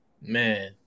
Man